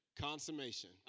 Consummation